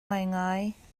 ngaingai